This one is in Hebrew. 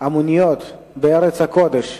המוניות בארץ הקודש.